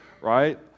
Right